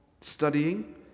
studying